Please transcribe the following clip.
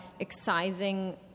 excising